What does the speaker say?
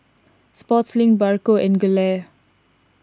Sportslink Bargo and Gelare